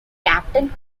captain